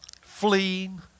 fleeing